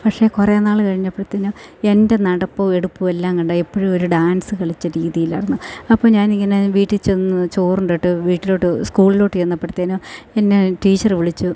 പക്ഷേ കുറേ നാൾ കഴിഞ്ഞപ്പോഴത്തേനും എൻ്റെ നടപ്പും എടുപ്പും എല്ലാം കണ്ട് എപ്പോഴും ഒരു ഡാൻസ് കളിച്ച രീതിയിലായിരുന്നു അപ്പം ഞാൻ ഇങ്ങനെ വീട്ടിൽ ചെന്ന് ചോറുണ്ടിട്ട് വീട്ടിലോട്ട് സ്കൂളിലോട്ട് ചെന്നപ്പോഴത്തേനും എന്നെ ടീച്ചർ വിളിച്ചു